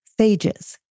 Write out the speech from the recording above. phages